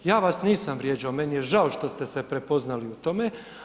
Ja vas nisam vrijeđao, meni je žao što ste se prepoznali u tome.